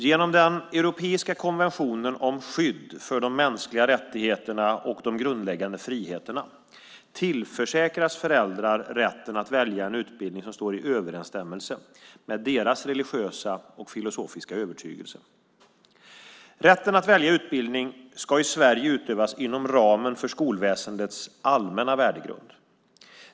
Genom den europeiska konventionen om skydd för de mänskliga rättigheterna och de grundläggande friheterna tillförsäkras föräldrar rätten att välja en utbildning som står i överensstämmelse med deras religiösa och filosofiska övertygelse. Rätten att välja utbildning ska i Sverige utövas inom ramen för skolväsendets allmänna värdegrund.